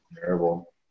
Terrible